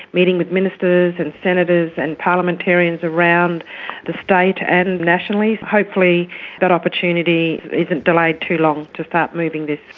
meeting with ministers and senators and parliamentarians around the state and nationally. hopefully that opportunity isn't delayed too long, to start moving this.